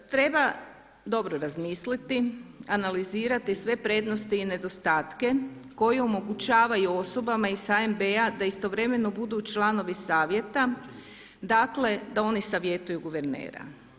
Treba dobro razmisliti, analizirati sve prednosti i nedostatke koji omogućavaju osobama iz HNB-a da istovremeno budu članovi Savjeta, dakle da oni savjetuju guvernera.